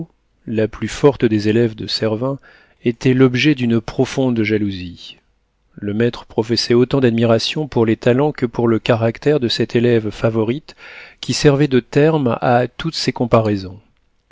la plus forte des élèves de servin était l'objet d'une profonde jalousie le maître professait autant d'admiration pour les talents que pour le caractère de cette élève favorite qui servait de terme à toutes ses comparaisons